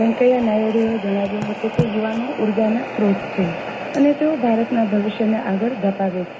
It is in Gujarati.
વૈંકેયા નાયડુએ આજે જણાવ્યું હતું કે યુવાનો ઉર્જાના સ્રોત છે અને તેઓ ભારતના ભવિષ્યને આગળ ધપાવે છે